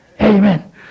Amen